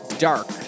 Dark